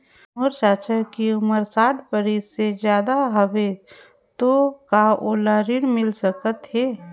मोर चाचा के उमर साठ बरिस से ज्यादा हवे तो का ओला ऋण मिल सकत हे?